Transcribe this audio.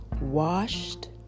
Washed